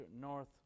North